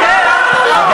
מה אמרנו לו, אה,